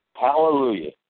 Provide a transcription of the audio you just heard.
Hallelujah